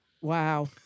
Wow